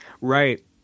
Right